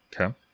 Okay